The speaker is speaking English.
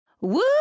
woo